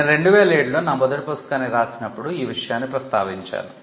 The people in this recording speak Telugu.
నేను 2007 లో నా మొదటి పుస్తకాన్ని వ్రాసినప్పుడు ఈ విషయాన్ని ప్రస్తావించాను